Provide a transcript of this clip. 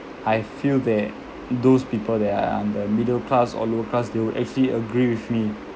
I feel that those people that are in the middle class or lower class they would actually agree with me